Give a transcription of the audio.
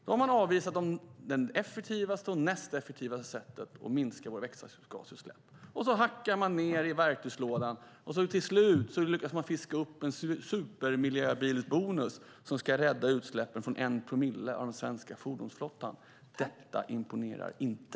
Då har man avvisat det effektivaste och det näst effektivaste sättet att minska våra växthusgasutsläpp. Man hackar ned i verktygslådan, och till slut lyckas man fiska upp en supermiljöbilsbonus som ska rädda utsläppen från 1 promille av den svenska fordonsflottan. Detta imponerar inte.